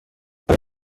آیا